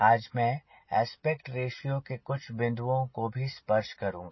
आज मैं aspect ratio के कुछ बिंदुओं को भी स्पर्श करूँगा